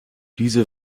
diese